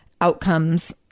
outcomes